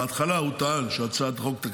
בהתחלה הוא טען שהצעת החוק,